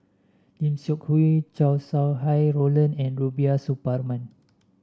Lim Seok Hui Chow Sau Hai Roland and Rubiah Suparman